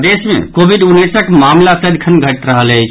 प्रदेश मे कोविड उन्नैसक मामिला सदिखन घटि रहल अछि